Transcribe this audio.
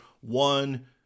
one